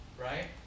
right